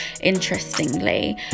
interestingly